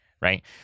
right